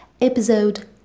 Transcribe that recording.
episode